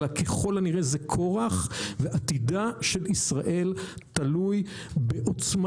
אלא ככל הנראה זה כוח ועתידה של ישראל תלוי בעוצמה